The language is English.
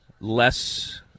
less